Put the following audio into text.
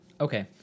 okay